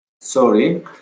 Sorry